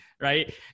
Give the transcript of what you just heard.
right